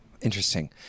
Interesting